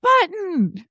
button